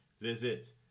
Visit